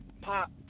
pop